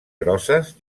grosses